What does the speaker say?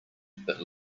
but